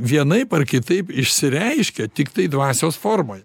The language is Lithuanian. vienaip ar kitaip išsireiškia tiktai dvasios formoje